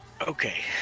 Okay